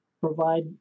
provide